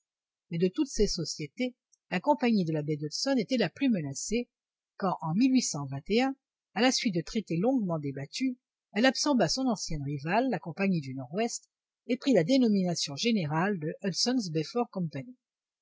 mais de toutes ces sociétés la compagnie de la baie d'hudson était la plus menacée quand en à la suite de traités longuement débattus elle absorba son ancienne rivale la compagnie du nord-ouest et prit la dénomination générale de